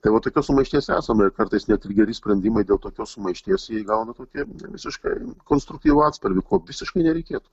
tai va tokios sumaišties esama ir kartais net ir geri sprendimai dėl tokios sumaišties jie įgauna tokį visiškai konstruktyvų atspalvį ko visiškai nereikėtų